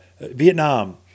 Vietnam